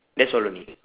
that's all only